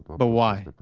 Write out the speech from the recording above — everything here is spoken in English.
but why, but